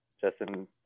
justin